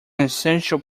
essential